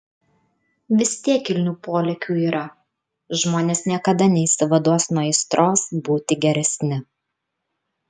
vis tiek kilnių polėkių yra žmonės niekada neišsivaduos nuo aistros būti geresni